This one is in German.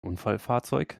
unfallfahrzeug